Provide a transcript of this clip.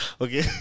Okay